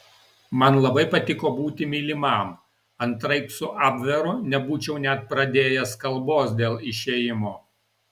man labai patiko būti mylimam antraip su abveru nebūčiau net pradėjęs kalbos dėl išėjimo